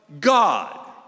God